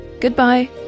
goodbye